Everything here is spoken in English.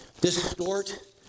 distort